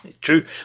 True